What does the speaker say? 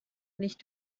nicht